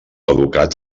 educat